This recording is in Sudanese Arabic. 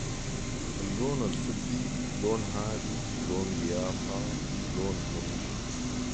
اللون الفضي لون هادي و لون قيافه لون مريح